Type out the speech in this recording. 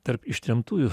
tarp ištremtųjų